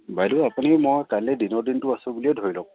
বাইদেউ আপুনি মই কাইলে দিনৰ দিনটো আছোঁ বুলিয়ে ধৰি লওক